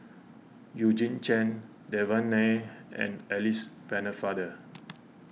Eugene Chen Devan Nair and Alice Pennefather